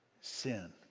sin